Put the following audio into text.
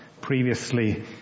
previously